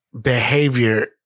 behavior